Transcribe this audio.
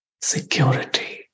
security